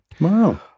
Wow